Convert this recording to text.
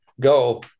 go